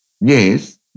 Yes